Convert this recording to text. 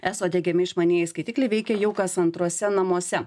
eso diegiami išmanieji skaitikliai veikia jau kas antruose namuose